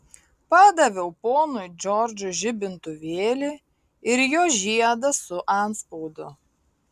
padaviau ponui džordžui žibintuvėlį ir jo žiedą su antspaudu